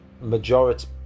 majority